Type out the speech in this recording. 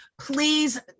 please